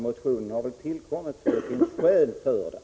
Motionen har tillkommit därför att det finns skäl för den.